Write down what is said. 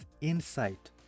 insight